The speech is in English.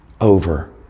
over